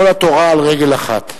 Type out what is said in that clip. כל התורה על רגל אחת.